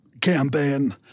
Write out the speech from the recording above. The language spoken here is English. campaign